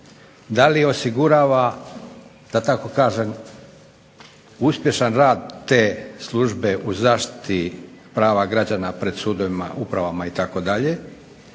Da li osigurava, da tako kažem, uspješan rad te službe u zaštiti prava građana pred sudovima, upravama itd., i jesu